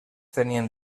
tenien